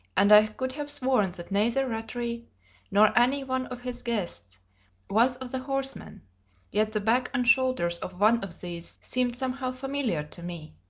and i could have sworn that neither rattray nor any one of his guests was of the horsemen yet the back and shoulders of one of these seemed somehow familiar to me.